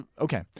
okay